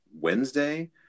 Wednesday